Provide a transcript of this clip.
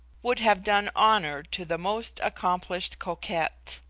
would have done honour to the most accomplished coquette.